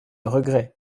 regret